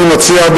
אני מציע,